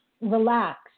relax